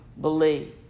believe